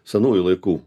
senųjų laikų